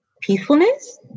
peacefulness